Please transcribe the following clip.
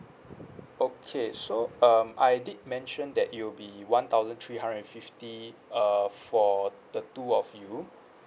okay so um I did mention that it'll be one thousand three hundred and fifty uh for the two of you